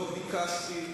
לא ביקשתי,